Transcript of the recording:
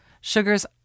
Sugars